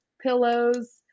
pillows